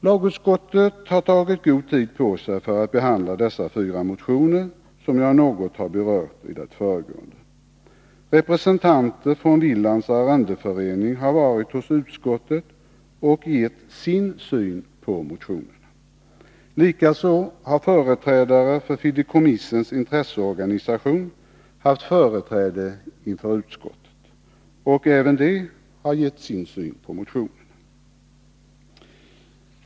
Lagutskottet har tagit god tid på sig för att behandla dessa fyra motioner, som jag något har berört i det föregående. Representanter från Willands arrendeförening har varit hos utskottet och gett sin syn på motionerna. Likaså har företrädare för fideikommissens intresseorganisation framträtt inför utskottet, och även de har gett sin syn på motionerna.